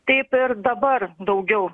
taip ir dabar daugiau